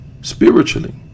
spiritually